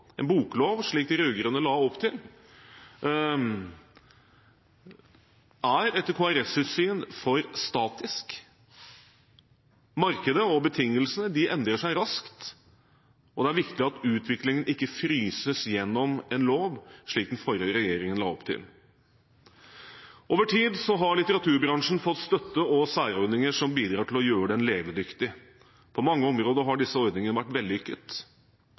En boklov, slik de rød-grønne la opp til, er etter Kristelig Folkepartis syn for statisk. Markedet og betingelser endrer seg raskt, og det er viktig at utviklingen ikke fryses gjennom en lov, slik den forrige regjeringen la opp til. Over tid har litteraturbransjen fått støtte- og særordninger som bidrar til å gjøre den levedyktig. På mange områder har disse ordningene vært